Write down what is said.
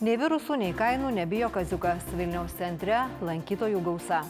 nei virusų nei kainų nebijo kaziukas vilniaus centre lankytojų gausa